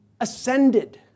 ascended